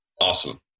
Awesome